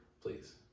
Please